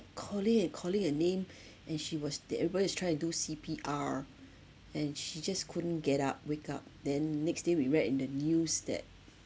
calling and calling her name and she was they everybody is trying to do C_P_R and she just couldn't get up wake up then next day we read in the news that